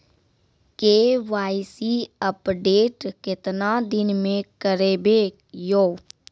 KYC update केतना दिन मे करेबे यो?